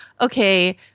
Okay